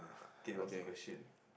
okay what's the question